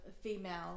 female